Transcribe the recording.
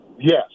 Yes